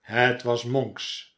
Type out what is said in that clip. het was monks